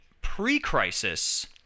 pre-crisis